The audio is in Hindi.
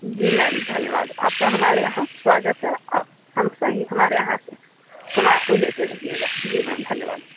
जी मैम धन्यवाद आपका हमारे यहाँ स्वागत है आप हमेशा ही हमारे यहाँ से लेते रहियेगा जी मैम धन्यवाद